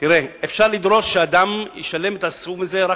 אפשר לדרוש שאדם ישלם את הסכום הזה רק